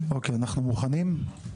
אוקיי, אנחנו מוכנים?